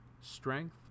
strength